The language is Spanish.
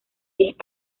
diez